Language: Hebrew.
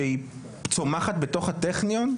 שצומחת התוך הטכניון,